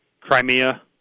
Crimea